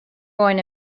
going